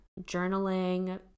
journaling